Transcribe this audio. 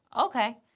Okay